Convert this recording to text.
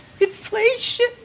Inflation